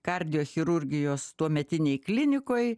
kardiochirurgijos tuometinėj klinikoj